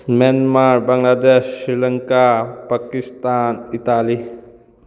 Myanmar Bangladesh sri Lanka Pakistan Italy